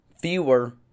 fewer